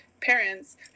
parents